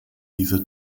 dieser